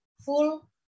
full